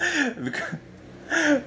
because